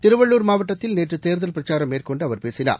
திருவள்ளூர் மாவட்டத்தில் நேற்றுதேர்தல் பிரச்சாரம் மேற்கொண்டுஅவர் பேசினார்